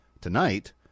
tonight